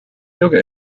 yoga